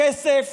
כסף